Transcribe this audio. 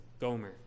Gomer